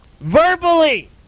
verbally